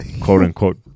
quote-unquote